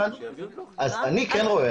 אז אני כן רואה.